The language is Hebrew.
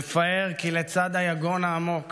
מפאר, כי לצד היגון העמוק